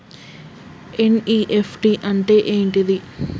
NEFT అంటే ఏంటిది?